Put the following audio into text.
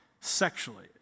sexually